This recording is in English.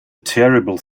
terrible